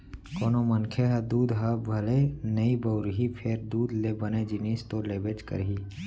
कोनों मनखे ह दूद ह भले नइ बउरही फेर दूद ले बने जिनिस तो लेबेच करही